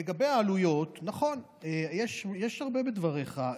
לגבי העלויות, נכון, יש הרבה בדבריך.